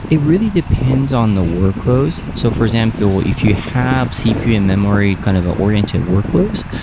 it really depends on the workloads. so for example, if you have cp and memory kind of oriented workloads,